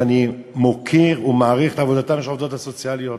ואני מוקיר ומעריך את עבודתן של העובדות הסוציאליות.